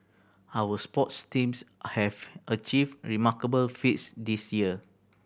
our sports teams have achieved remarkable feats this year